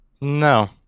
No